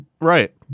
right